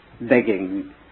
begging